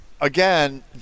Again